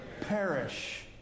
perish